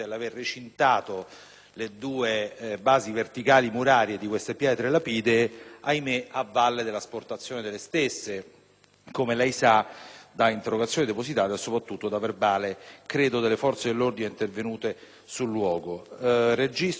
le due basi verticali murarie delle pietre lapidee, ahimè a valle dell'asportazione delle stesse, come lei sa da interrogazione depositata e, soprattutto, da verbale, credo, delle forze dell'ordine intervenute sul luogo.